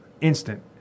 instant